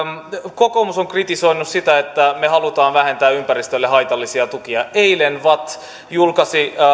kokoomus on kritisoinut sitä että me haluamme vähentää ympäristölle haitallisia tukia eilen vatt julkaisi